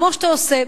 כמו שאתה עושה,